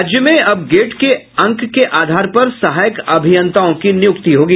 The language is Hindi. राज्य में अब गेट के अंक के आधार पर सहायक अभियंताओं की नियुक्ति होगी